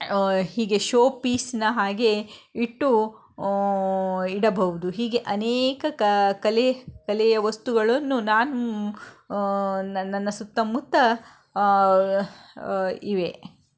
ಹೀಗೆ ಶೋ ಪೀಸ್ನ ಹಾಗೆ ಇಟ್ಟು ಇಡಬಹುದು ಹೀಗೆ ಅನೇಕ ಕ ಕಲೆ ಕಲೆಯ ವಸ್ತುಗಳನ್ನು ನಾನು ನನ್ನ ಸುತ್ತಮುತ್ತ ಇವೆ